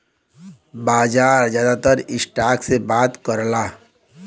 बाजार जादातर स्टॉक के बात करला